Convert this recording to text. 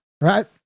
right